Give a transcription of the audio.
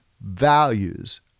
values